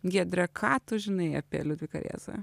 giedre ką tu žinai apie liudviką rėzą